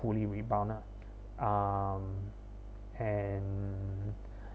fully rebound ah um and